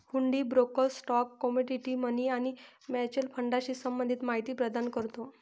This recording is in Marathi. हुंडी ब्रोकर स्टॉक, कमोडिटी, मनी आणि म्युच्युअल फंडाशी संबंधित माहिती प्रदान करतो